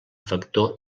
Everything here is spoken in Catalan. factor